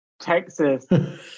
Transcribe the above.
Texas